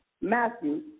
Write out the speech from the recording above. Matthew